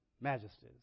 majesties